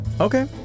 Okay